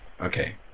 Okay